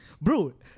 Bro